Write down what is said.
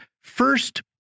first